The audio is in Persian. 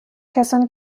کسانی